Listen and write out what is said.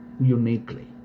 uniquely